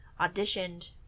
auditioned